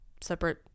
separate